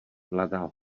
mladá